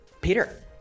Peter